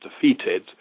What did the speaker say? defeated